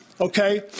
okay